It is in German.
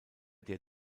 der